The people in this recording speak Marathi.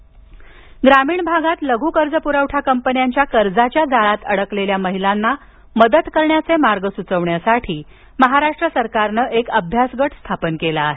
लघु कर्ज ग्रामीण भागात लघु कर्ज पुरवठा कंपन्यांच्या कर्जाच्या जाळ्यात अडकलेल्या महिलांना मदत करण्याचे मार्ग सुचवण्यासाठी महाराष्ट्र सरकारनं एक अभ्यास गट स्थापन केला आहे